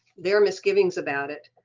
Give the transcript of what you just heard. their misgivings about it.